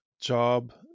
job